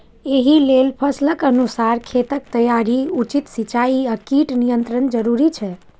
एहि लेल फसलक अनुसार खेतक तैयारी, उचित सिंचाई आ कीट नियंत्रण जरूरी छै